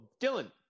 Dylan